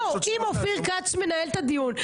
אם אופיר כץ מנהל את הדיון,